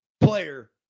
player